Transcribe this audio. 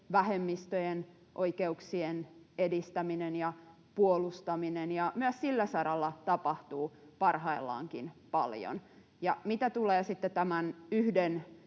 sukupuolivähemmistöjen oikeuksien edistäminen ja puolustaminen. Myös sillä saralla tapahtuu parhaillaankin paljon. Mitä tulee sitten tämän yhden,